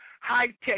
high-tech